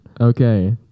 Okay